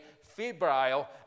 febrile